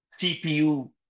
CPU